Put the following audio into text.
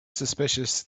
suspicious